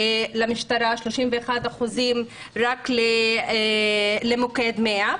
31 אחוזים רק למוקד 100,